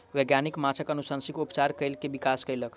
वैज्ञानिक माँछक अनुवांशिक उपचार कय के विकास कयलक